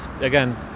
again